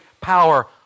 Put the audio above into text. power